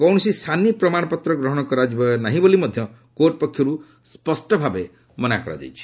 କୌଣସି ସାନି ପ୍ରମାଶପତ୍ର ଗ୍ରହଣ କରାଯିବ ନାହିଁ ବୋଲି ମଧ୍ୟ କୋର୍ଟ ପକ୍ଷରୁ ପକ୍ଷ ମାନଙ୍କୁ ସତର୍କ କରାଯାଇଛି